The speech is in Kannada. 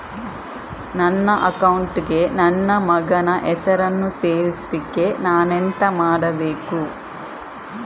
ನನ್ನ ಅಕೌಂಟ್ ಗೆ ನನ್ನ ಮಗನ ಹೆಸರನ್ನು ಸೇರಿಸ್ಲಿಕ್ಕೆ ನಾನೆಂತ ಮಾಡಬೇಕು?